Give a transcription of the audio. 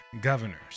governors